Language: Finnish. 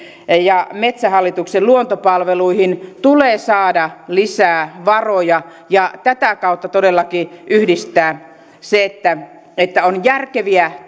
ja metsähallituksen luontopalveluihin tulee saada lisää varoja ja tätä kautta todellakin yhdistää se että että on järkeviä